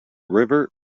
river